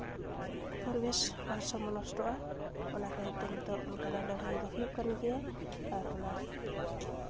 ᱯᱚᱨᱤᱵᱮᱥ ᱵᱷᱟᱨᱥᱟᱢᱢᱚ ᱱᱚᱥᱴᱚᱜᱼᱟ ᱚᱱᱟ ᱠᱷᱟᱹᱛᱤᱨ ᱛᱮ ᱱᱤᱛᱚᱜ ᱚᱱᱠᱟᱱᱟᱜ ᱞᱟᱹᱲᱦᱟᱹᱭ ᱫᱚ ᱦᱩᱭᱩᱜ ᱠᱟᱱ ᱜᱮᱭᱟ ᱟᱨ ᱚᱱᱟ